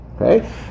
okay